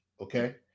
okay